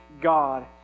God